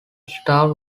star